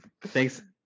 thanks